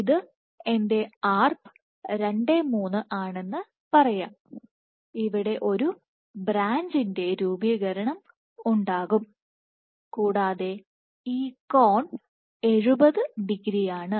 ഇത് എന്റെ Arp 23 ആണെന്ന് പറയാം ഇവിടെ ഒരു ബ്രാഞ്ചിന്റെ രൂപീകരണം ഉണ്ടാകും കൂടാതെ ഈ കോൺ 70 ഡിഗ്രിയാണ്